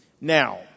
Now